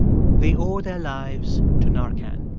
they owe their lives to narcan.